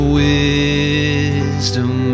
wisdom